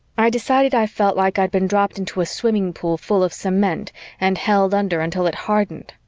i decided i felt like i'd been dropped into a swimming pool full of cement and held under until it hardened.